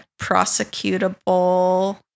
prosecutable